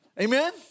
Amen